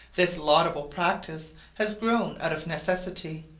this laudable practice has grown out of necessity,